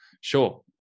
Sure